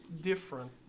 different